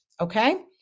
okay